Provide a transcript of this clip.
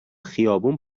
خیابون